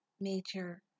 major